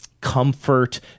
comfort